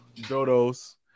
dodos